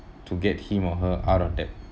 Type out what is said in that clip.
to get him or her out of debt